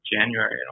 January